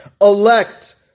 elect